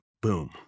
Boom